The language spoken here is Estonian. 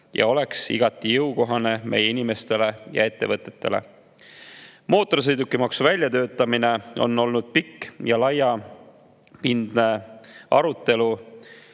on igati jõukohased meie inimestele ja ettevõtetele. Mootorsõidukimaksu väljatöötamiseks on olnud pikk ja laiapindne arutelu